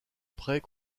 prêt